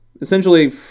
essentially